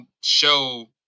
show